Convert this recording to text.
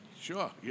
Sure